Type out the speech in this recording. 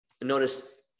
Notice